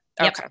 Okay